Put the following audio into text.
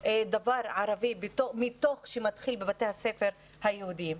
דבר ערבי מתוך שמתחיל בבתי הספר היהודיים.